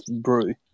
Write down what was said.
brew